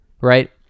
Right